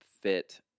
fit